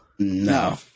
No